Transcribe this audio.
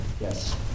Yes